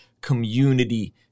community